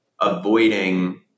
avoiding